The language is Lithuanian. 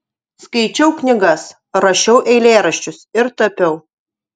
skaičiau knygas rašiau eilėraščius ir tapiau